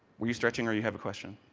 were you stretching or you have a question?